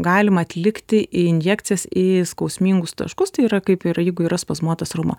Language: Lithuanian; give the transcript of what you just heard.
galima atlikti injekcijas į skausmingus taškus tai yra kaip ir jeigu yra spazmuotas raumuo